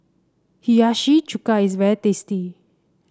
Hiyashi Chuka is very tasty